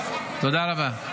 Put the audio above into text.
תודה רבה.